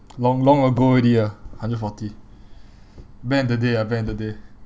long long ago already ah hundred forty back in the day ah back in the day